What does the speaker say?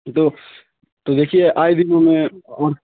تو تو دیکھیے آئے دن ہمیں